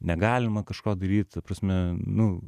negalima kažko daryt ta prasme nu